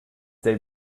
they